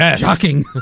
Shocking